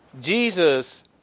Jesus